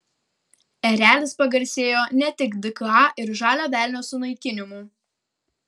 erelis pagarsėjo ne tik dka ir žalio velnio sunaikinimu